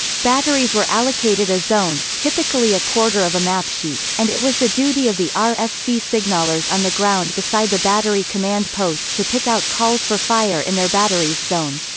batteries were allocated a zone, typically a quarter of a mapsheet, and it was the duty of the ah rfc signallers on the ground beside the battery command post to pick out calls for fire in their battery's zone.